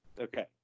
Okay